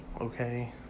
okay